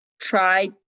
try